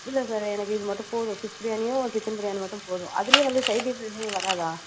இல்லை சார் எனக்கு இது மட்டும் போதும் ஃபிஷ் பிரியாணியும் சிக்கன் பிரியாணியும் மட்டும் போதும் அதிலே வந்து சைட் டிஷ் எதுவும் வராதா